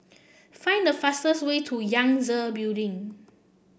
find the fastest way to Yangtze Building